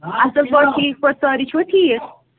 اَصٕل پٲٹھۍ ٹھیٖک پٲٹھۍ سٲری چھِوا ٹھیٖک